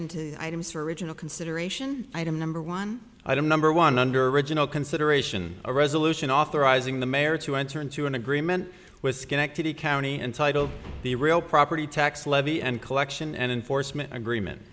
the items original consideration item number one item number one under original consideration a resolution authorizing the mayor to enter into an agreement with schenectady county and title the real property tax levy and collection and enforcement agreement